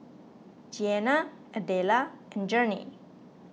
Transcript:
Jeana Adela and Journey